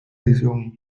edición